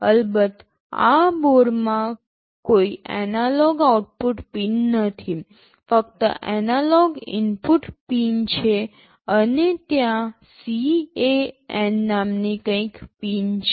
અલબત્ત આ બોર્ડમાં કોઈ એનાલોગ આઉટપુટ પિન નથી ફક્ત એનાલોગ ઇનપુટ પિન છે અને ત્યાં CAN નામની કંઈક પિન છે